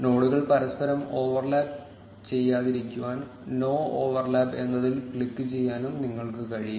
നോഡുകൾ പരസ്പരം ഓവർലാപ്പ് ചെയ്യാതിരിക്കുവാൻ നോ ഓവർലാപ് എന്നതിൽ ക്ലിക്കുചെയ്യാനും നിങ്ങൾക്ക് കഴിയും